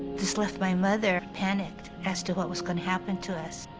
this left my mother panicked as to what was gonna happen to us.